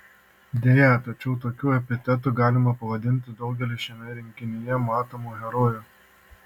deja tačiau tokiu epitetu galima pavadinti daugelį šiame rinkinyje matomų herojų